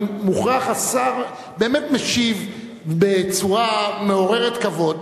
השר באמת משיב בצורה מעוררת כבוד,